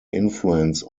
influence